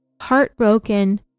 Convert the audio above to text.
heartbroken